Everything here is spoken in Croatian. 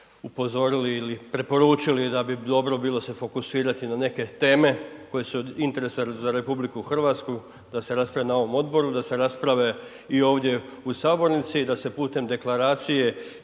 upozorili ili preporučili da bi dobro bilo se fokusirati na neke teme koje su od interesa za RH, da se rasprave na ovom odboru, da se rasprave i ovdje u sabornici i da se putem deklaracije